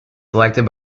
selected